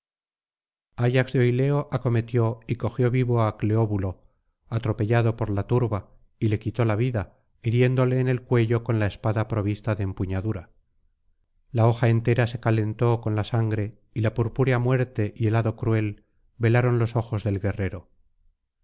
ayax de oileo acometió y cogió vivo á cleobulo atropellado por la turba y le quitó la vida hiriéndole en el cuello con la espada provista de empuñadura la hoja entera se calentó con la sangre y la purpúrea muerte y el hado cruel velaron los ojos del guerrero